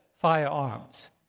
firearms